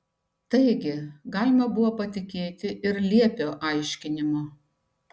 taigi galima buvo patikėti ir liepio aiškinimu